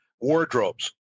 wardrobes